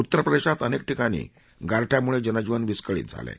उत्तरप्रदेशात अनेक ठिकाणी गारठ्यामुळे जनजीवन विस्कळीत झालं आहे